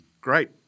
great